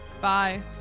Bye